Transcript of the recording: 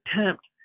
attempt